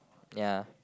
ya